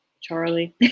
Charlie